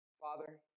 Father